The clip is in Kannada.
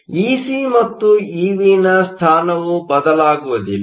ಆದ್ದರಿಂದ ಇಸಿ ಮತ್ತು ಇವಿ ನ ಸ್ಥಾನವು ಬದಲಾಗುವುದಿಲ್ಲ